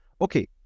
okay